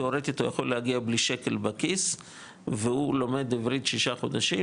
תאורטית הוא יכול להגיע בלי שקל בכיס והוא לומד עברית שישה חודשים,